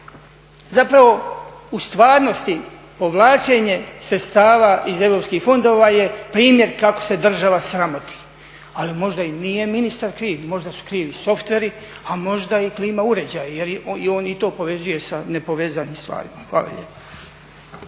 zapravo u stvarnosti povlačenje sredstava iz EU fondova je primjer kako se država sramoti. Ali možda i nije ministar kriv. Možda su krivi softwari, a možda i klima uređaji, jer on i to povezuje sa nepovezanim stvarima. Hvala lijepa.